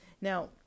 Now